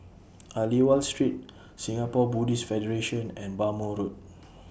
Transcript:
Aliwal Street Singapore Buddhist Federation and Bhamo Road